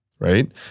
right